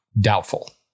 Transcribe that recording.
Doubtful